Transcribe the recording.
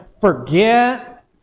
forget